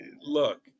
look